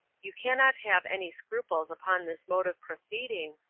you cannot have any scruples upon this mode of proceeding,